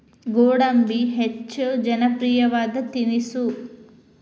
ಗೋಡಂಬಿ ಹೆಚ್ಚ ಜನಪ್ರಿಯವಾದ ತಿನಿಸು